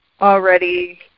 already